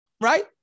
right